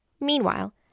Meanwhile